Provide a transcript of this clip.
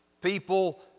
people